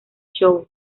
show